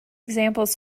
examples